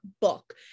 book